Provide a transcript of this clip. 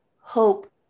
hope